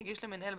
יגיש למנהל,